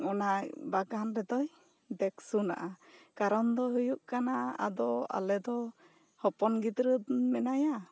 ᱚᱱᱟ ᱵᱟᱜᱟᱱ ᱨᱮᱫᱚᱭ ᱫᱮᱠᱷᱥᱩᱱᱟᱜ ᱠᱟᱨᱚᱱ ᱫᱚ ᱦᱩᱭᱩᱜ ᱠᱟᱱᱟ ᱟᱫᱚ ᱟᱞᱮ ᱫᱚ ᱦᱚᱯᱚᱱ ᱜᱤᱫᱽᱨᱟᱹ ᱢᱮᱱᱟᱭᱟ